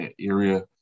area